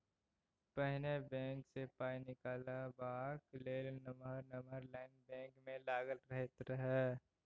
पहिने बैंक सँ पाइ निकालबाक लेल नमहर नमहर लाइन बैंक मे लागल रहैत रहय